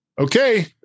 okay